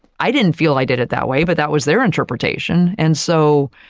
i didn't feel i did it that way. but that was their interpretation. and so,